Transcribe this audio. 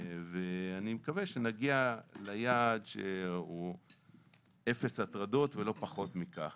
אני מקווה שנגיע ליעד שהוא אפס הטרדות ולא פחות מכך,